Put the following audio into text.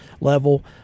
level